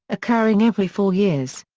occurring every four years.